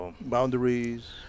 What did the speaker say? Boundaries